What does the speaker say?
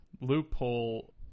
loophole